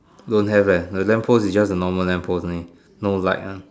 don't have eh the lamp post is just a normal lamp post only no light one